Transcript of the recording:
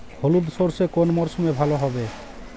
হলুদ সর্ষে কোন মরশুমে ভালো হবে?